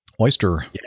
Oyster